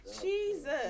Jesus